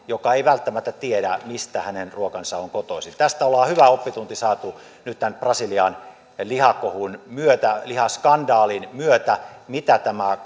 kohtaan joka ei välttämättä tiedä mistä hänen ruokansa on kotoisin tästä ollaan hyvä oppitunti saatu nyt tämän brasilian lihakohun myötä lihaskandaalin myötä että mitä tämä